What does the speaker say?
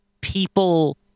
people